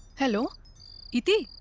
hello ithi